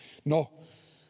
no